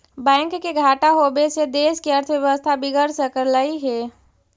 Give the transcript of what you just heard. bank के घाटा होबे से देश के अर्थव्यवस्था बिगड़ सकलई हे